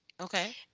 Okay